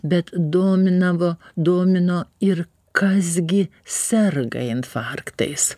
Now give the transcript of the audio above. bet dominavo domino ir kas gi serga infarktais